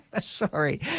Sorry